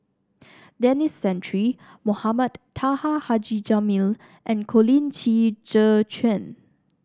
Denis Santry Mohamed Taha Haji Jamil and Colin Qi Zhe Quan